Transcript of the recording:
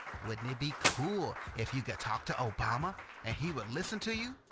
wouldn't it be cool if you could talk to obama and he would listen to you?